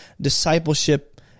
discipleship